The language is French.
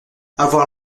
avoir